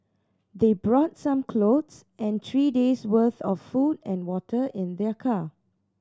they brought some clothes and three days worth of food and water in their car